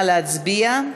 נא להצביע.